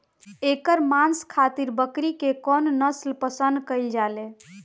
एकर मांस खातिर बकरी के कौन नस्ल पसंद कईल जाले?